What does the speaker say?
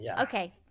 okay